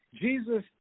Jesus